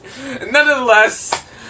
Nonetheless